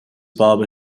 barber